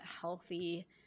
healthy